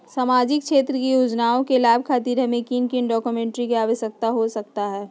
सामाजिक क्षेत्र की योजनाओं के लाभ खातिर हमें किन किन डॉक्यूमेंट की आवश्यकता हो सकता है?